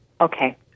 Okay